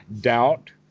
doubt